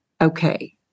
okay